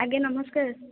ଆଜ୍ଞା ନମସ୍କାର